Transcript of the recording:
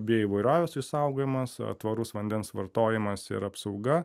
bio įvairovės išsaugojimas tvarus vandens vartojimas ir apsauga